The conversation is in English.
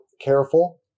careful